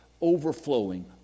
overflowing